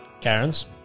Karen's